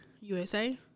USA